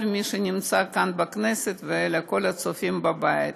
מי שנמצא כאן בכנסת ולכל הצופים בבית.